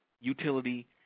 utility